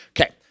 Okay